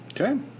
Okay